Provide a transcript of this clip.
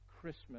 Christmas